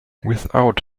without